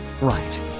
right